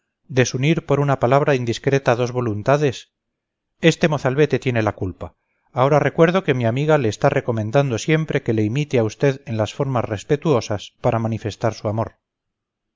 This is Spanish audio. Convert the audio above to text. desunir por una palabra indiscreta dos voluntades este mozalbete tiene la culpa ahora recuerdo que mi amiga le está recomendando siempre que le imite a usted en las formas respetuosas para manifestar su amor